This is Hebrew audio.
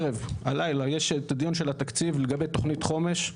הלילה יש את הדיון של התקציב לגבי תוכנית חומש.